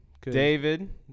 David